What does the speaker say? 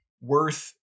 worth